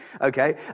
okay